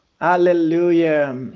Hallelujah